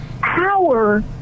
power